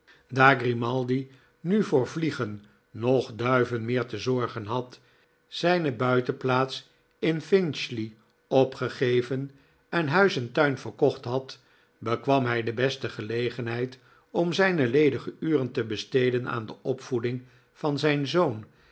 daar grimaldi nu voor vliegen noch duiven meer te zorgen had zijne buitenplaats in pinch ley opgegeven en huis en tuin verkocht had bekwam hij de beste gelegenheid om zijne ledige uren te besteden aan de opvoeding van zijn zoon